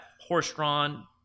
horse-drawn